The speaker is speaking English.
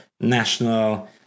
national